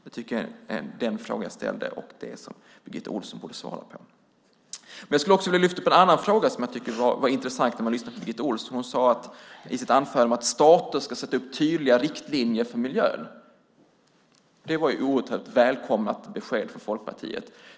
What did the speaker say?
Det var den fråga jag ställde och den som Birgitta Ohlsson borde svara på. Jag vill också lyfta upp en annan fråga som var intressant. I sitt anförande sade Birgitta Ohlsson att staten ska sätta upp tydliga riktlinjer för miljön. Det var ett oerhört välkommet besked från Folkpartiet.